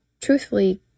truthfully